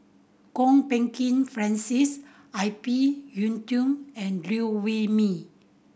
Kwok Peng Kin Francis I P Yiu Tung and Liew Wee Mee